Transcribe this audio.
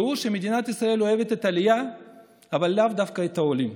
והוא שמדינת ישראל אוהבת את העלייה אבל לאו דווקא את העולים.